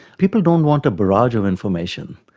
people don't want a barrage of information,